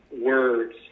words